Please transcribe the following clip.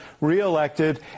reelected